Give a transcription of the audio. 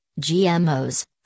GMOs